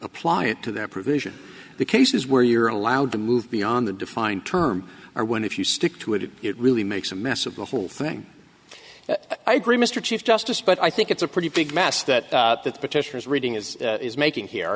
apply it to that provision the cases where you're allowed to move beyond the defined term or when if you stick to it it really makes a mess of the whole thing i agree mr chief justice but i think it's a pretty big mass that that petitioners reading is is making here